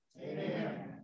amen